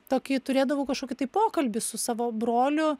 tokį turėdavau kažkokį tai pokalbį su savo broliu